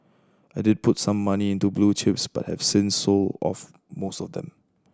I did put some money into blue chips but have since sold off most of them